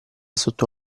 sotto